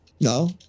No